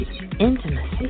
intimacy